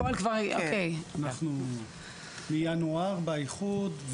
אנחנו מינואר באיחוד,